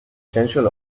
sensual